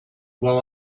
will